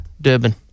Durban